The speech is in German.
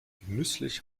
genüsslich